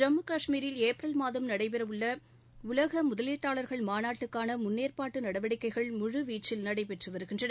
ஜம்மு கஷ்மீரில் ஏப்ரல் மாதம் நடைபெறவுள்ள உலக முதலீட்டாளா்கள் மாநாட்டுக்கான முன்னேற்பாட்டு நடவடிக்கைகள் முழுவீச்சில் நடைபெற்று வருகின்றன